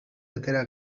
atera